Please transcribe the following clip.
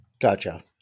Gotcha